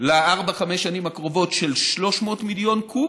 לארבע-חמש השנים הקרובות, של 300 מיליון קוב,